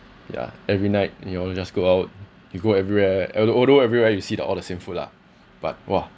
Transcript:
ya every night you know you just go out you go everywhere although although everywhere you see the all the same food lah but !wah!